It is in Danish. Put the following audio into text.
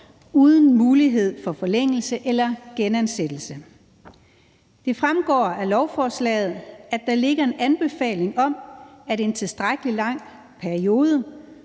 uden mulighed for forlængelse eller genansættelse. Det fremgår af lovforslaget, at der ligger en anbefaling om, at en tilstrækkelig lang periode